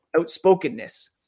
outspokenness